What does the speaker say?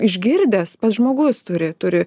išgirdęs pats žmogus turi turi